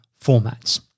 formats